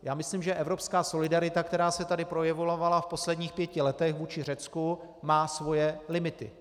Já myslím, že evropská solidarita, která se tady projevovala v posledních pěti letech vůči Řecku, má svoje limity.